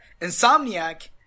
Insomniac